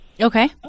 okay